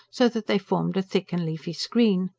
so that they formed a thick and leafy screen.